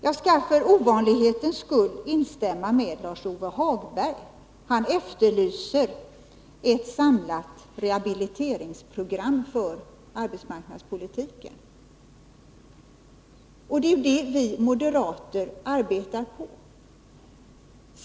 Jag skall för ovanlighetens skull instämma i vad Lars-Ove Hagberg sade. Han efterlyser ett samlat rehabiliteringsprogram för arbetsmarknadspoliti ken. Det är det vi moderater arbetar på!